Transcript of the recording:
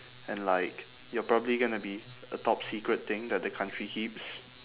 and like you're probably gonna be a top secret thing that the country keeps